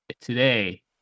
today